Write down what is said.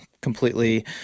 completely